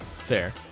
Fair